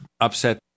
upset